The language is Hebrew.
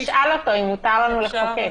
אולי נשאל אותו אם מותר לנו לחוקק.